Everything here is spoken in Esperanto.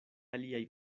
aliaj